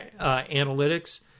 analytics